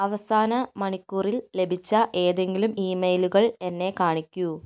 അവസാന മണിക്കൂറിൽ ലഭിച്ച ഏതെങ്കിലും ഇ മെയിലുകൾ എന്നെ കാണിക്കൂ